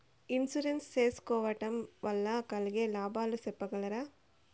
Insurance సేసుకోవడం వల్ల కలిగే లాభాలు సెప్పగలరా?